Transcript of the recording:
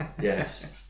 Yes